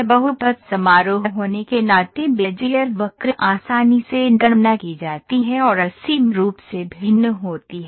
बहुपद समारोह होने के नाते बेजियर वक्र आसानी से गणना की जाती है और असीम रूप से भिन्न होती है